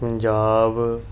Punjab